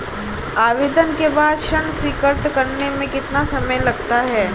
आवेदन के बाद ऋण स्वीकृत करने में कितना समय लगता है?